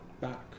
back